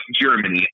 Germany